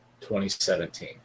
2017